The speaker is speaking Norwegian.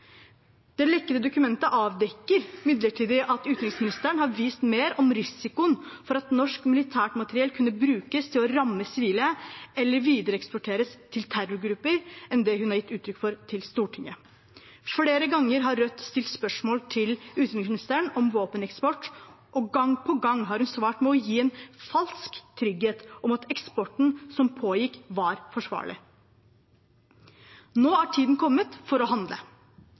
Det lekkede dokumentet avdekker imidlertid at utenriksministeren har visst mer om risikoen for at norsk militært materiell kunne brukes til å ramme sivile eller videreeksporteres til terrorgrupper, enn hun har gitt uttrykk for til Stortinget. Flere ganger har Rødt stilt spørsmål til utenriksministeren om våpeneksport, og gang på gang har hun svart med å gi en falsk trygghet om at eksporten som pågikk, var forsvarlig. Nå er tiden kommet for å handle.